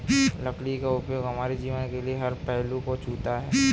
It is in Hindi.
लकड़ी का उपयोग हमारे जीवन के हर पहलू को छूता है